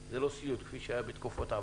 וזה לא סיוט כפי שהיה בעבר.